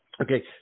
Okay